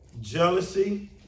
jealousy